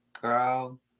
Girl